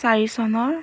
চাৰি চনৰ